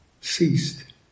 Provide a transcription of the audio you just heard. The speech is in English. ceased